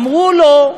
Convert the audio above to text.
אמרו לו: